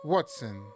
Watson